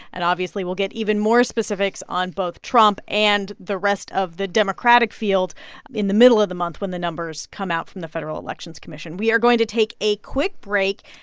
and, obviously, we'll get even more specifics on both trump and the rest of the democratic field in the middle of the month, when the numbers come out from the federal elections commission. we are going to take a quick break.